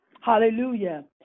Hallelujah